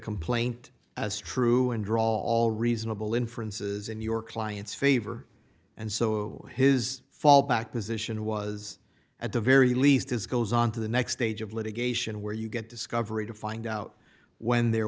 complaint as true and draw all reasonable inferences in your client's favor and so his fallback position was at the very least is goes on to the next stage of litigation where you get discovery to find out when there